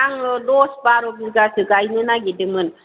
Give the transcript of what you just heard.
आङो दस बार' बिगासो गायनो नागेरदोंमोन